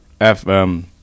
FM